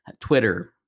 Twitter